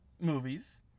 movies